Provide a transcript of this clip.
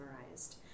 summarized